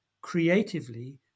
creatively